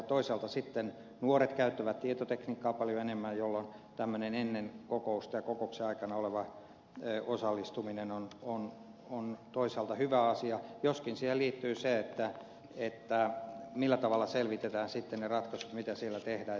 toisaalta sitten nuoret käyttävät tietotekniikkaa paljon enemmän jolloin tämmöinen ennen kokousta ja kokouksen aikana oleva osallistuminen on toisaalta hyvä asia joskin siihen liittyy se millä tavalla selvitetään sitten ne ratkaisut mitä siellä tehdään ja mitkä ovat päätökset